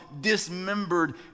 dismembered